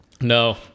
No